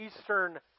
Eastern